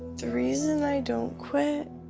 the reason i don't quit.